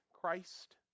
Christ